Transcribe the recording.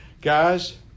Guys